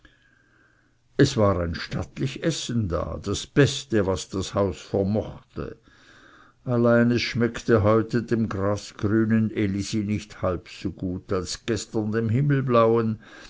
es war ein stattlich essen da das beste was das haus vermochte allein es schmeckte heute dem grasgrünen elisi nicht halb so gut als gestern dem